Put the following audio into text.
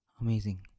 Amazing